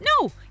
No